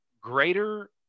greater –